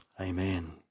amen